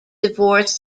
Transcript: divorce